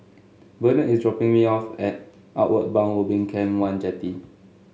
Bennett is dropping me off at Outward Bound Ubin Camp one Jetty